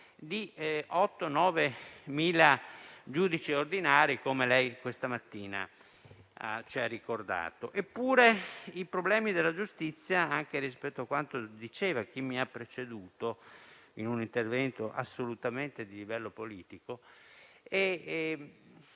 di circa 9.000 giudici ordinari, come lei questa mattina ci ha ricordato. Eppure, i problemi della giustizia, anche rispetto a quanto diceva chi mi ha preceduto, in un intervento di livello assolutamente politico,